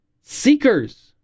Seekers